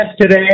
today